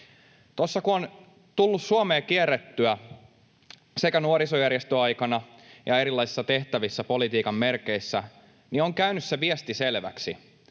Kun on tullut Suomea kierrettyä sekä nuorisojärjestöaikana että erilaisissa tehtävissä politiikan merkeissä, niin on käynyt viesti selväksi.